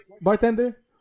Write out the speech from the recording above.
Bartender